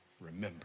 remember